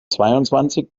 zweiundzwanzig